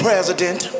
President